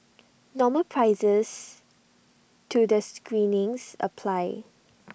normal prices to the screenings apply